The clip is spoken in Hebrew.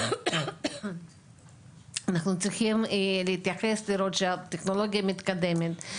אנחנו צריכים להתייחס ולראות שהטכנולוגיה מתקדמת.